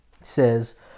says